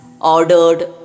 ordered